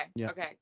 okay